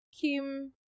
Kim